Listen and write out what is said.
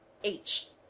h.